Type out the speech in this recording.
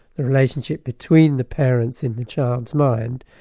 the relationship between the parents in the child's mind,